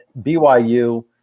BYU